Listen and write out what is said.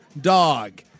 dog